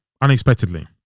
unexpectedly